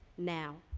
now.